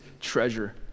treasure